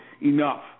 enough